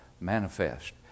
manifest